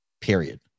period